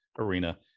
arena